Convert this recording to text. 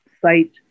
site